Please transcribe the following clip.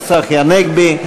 צחי הנגבי.